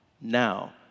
now